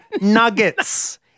nuggets